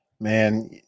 Man